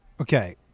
okay